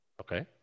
Okay